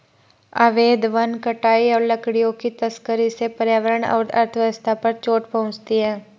अवैध वन कटाई और लकड़ियों की तस्करी से पर्यावरण और अर्थव्यवस्था पर चोट पहुँचती है